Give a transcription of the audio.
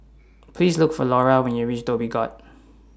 Please Look For Lara when YOU REACH Dhoby Ghaut